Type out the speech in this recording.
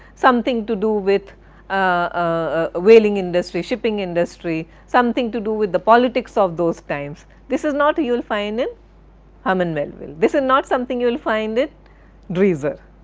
something to do with ah whaling industry, shipping industry, something to do with the politics of those times, this is not you will find in herman melville. this is and not something you will find in dreiser,